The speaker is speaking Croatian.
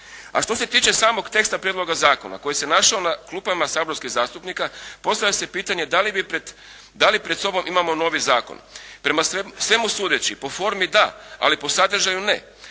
A što se tiče samog teksta prijedloga zakona koji se našao na klupama saborskih zastupnika postavlja se pitanje da li pred sobom imamo novi zakon. Prema svemu sudeći po formi da ali po sadržaju ne.